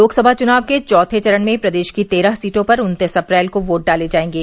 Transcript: लोकसभा चुनाव के चौथे चरण में प्रदेश की तेरह सीटों पर उन्तीस अप्रैल को वोट डाले जायेंगे